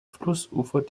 flussufer